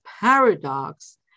paradox